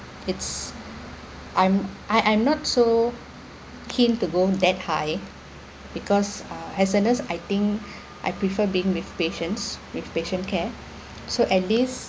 it's I'm I I'm not so keen to go that high because uh hazardous I think I prefer being with patients with patient care so at least